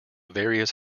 various